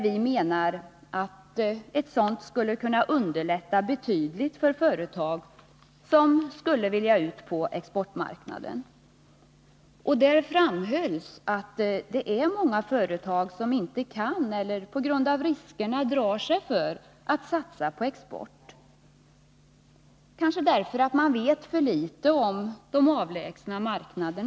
Vi menar att det, om sådana handelshus inrättades, skulle bli betydligt lättare för företag som vill ut på exportmarknaden. Vi framhöll att det finns många företag som inte kan satsa på export eller som på grund av riskerna drar sig för att göra det, kanske därför att man vet för litet om olika avlägsna marknader.